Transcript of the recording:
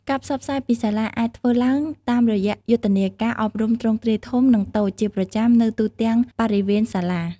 ការផ្សព្វផ្សាយពីសាលាអាចធ្វើឡើងតាមរយៈយុទ្ធនាការអប់រំទ្រង់ទ្រាយធំនិងតូចជាប្រចាំនៅទូទាំងបរិវេណសាលា។